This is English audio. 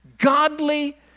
Godly